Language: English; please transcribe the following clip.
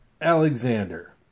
Alexander